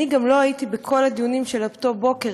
גם לא הייתי בכל הדיונים של אותו הבוקר,